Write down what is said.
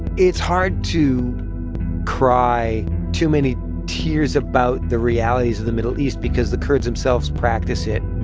it's hard to cry too many tears about the realities of the middle east because the kurds themselves practice it.